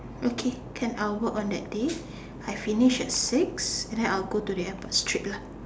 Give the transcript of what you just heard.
okay can I will work on that day I finish at six and then I'll go to the airport straight lah